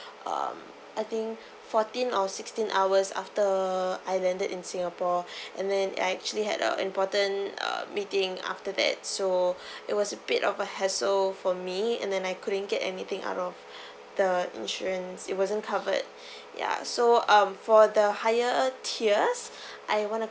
um I think fourteen or sixteen hours after I landed in singapore and then I actually had a important uh meeting after that so it was a bit of a hustle for me and then I couldn't get anything out of the insurance it wasn't covered ya so um for the higher tier's I want to